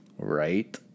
Right